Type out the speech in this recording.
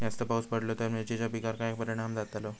जास्त पाऊस पडलो तर मिरचीच्या पिकार काय परणाम जतालो?